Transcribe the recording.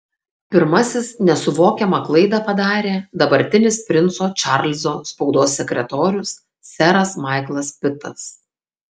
pirmasis nesuvokiamą klaidą padarė dabartinis princo čarlzo spaudos sekretorius seras maiklas pitas